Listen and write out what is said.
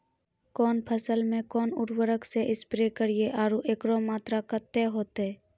कौन फसल मे कोन उर्वरक से स्प्रे करिये आरु एकरो मात्रा कत्ते होते?